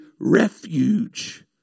refuge